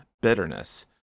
bitterness